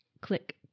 click